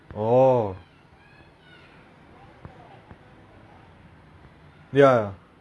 then the teacher in the deadly of the deadly class is wong you know who is wong right in doctor strange